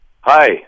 Hi